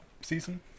season